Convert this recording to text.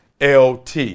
LT